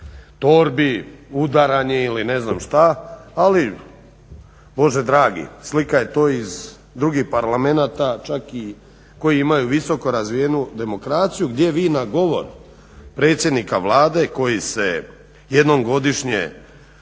torbi, udaranje ili ne znam šta. Ali bože dragi, slika je to iz drugih parlamenata čak i koji imaju visoko razvijenu demokraciju gdje vi na govor predsjednika Vlade koji se jednom godišnje